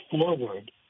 forward